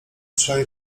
trzej